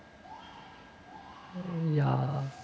uh ya